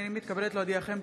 הינני מתכבדת להודיעכם,